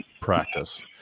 practice